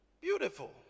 Beautiful